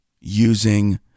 using